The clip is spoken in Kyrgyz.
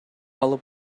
алып